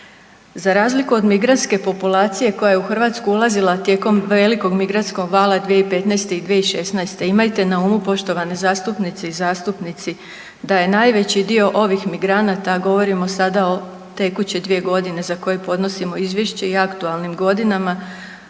Za razliku od migrantske populacije koja je u Hrvatsku ulazila tijekom velikog migrantskog vala 2015. i 2106. imajte na umu poštovane zastupnice i zastupnici da je najveći dio ovih migranata govorimo sada o tekuće dvije godine za koje podnosimo izvješće i aktualnim godinama,